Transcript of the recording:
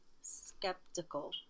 skeptical